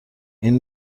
این